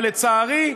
ולצערי,